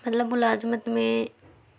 مطلب ملازمت میں